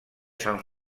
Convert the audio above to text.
san